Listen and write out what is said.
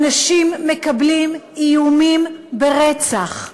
אנשים מקבלים איומים ברצח,